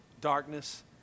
darkness